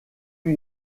lui